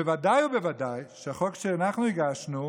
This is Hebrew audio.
בוודאי ובוודאי שבחוק שאנחנו הגשנו,